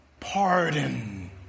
pardon